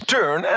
Turn